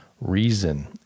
reason